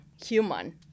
human